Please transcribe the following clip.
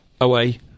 away